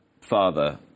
father